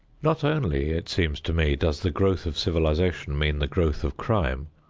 not only, it seems to me, does the growth of civilization mean the growth of crime,